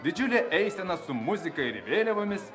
didžiulė eisena su muzika ir vėliavomis